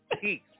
peace